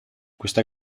questa